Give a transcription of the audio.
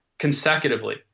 consecutively